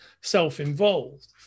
self-involved